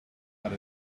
had